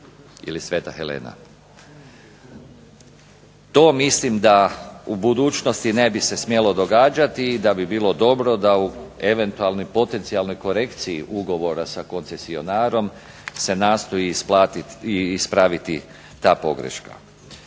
Reka-Sveta Helena. To mislim da u budućnosti ne bi se smjelo događati i da bi bilo dobro da u eventualnoj i potencijalnoj korekciji ugovora sa koncesionarom se nastoji ispraviti ta pogreška.